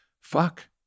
fuck